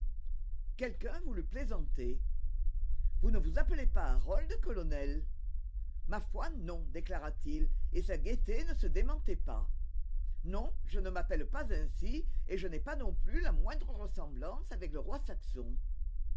quelqu'un voulut plaisanter vous ne vous appelez pas harold colonel ma foi non déclara-t-il et sa gaieté ne se démentait pas non je ne m'appelle pas ainsi et je n'ai pas non plus la moindre ressemblance avec le roi saxon